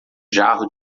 jarro